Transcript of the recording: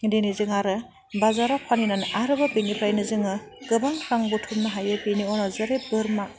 दिनै जों आरो बाजाराव फानहैनानै आरोबाव बेनिफ्रायनो जोङो गोबां रां बुथुमनो हायो बिनि उनाव जेरै बोरमा